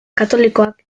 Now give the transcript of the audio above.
katolikoak